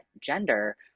gender